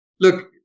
Look